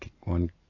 one